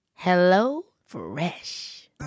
HelloFresh